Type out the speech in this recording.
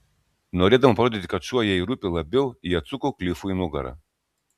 norėdama parodyti kad šuo jai rūpi labiau ji atsuko klifui nugarą